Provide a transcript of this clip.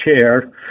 chair